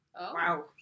Wow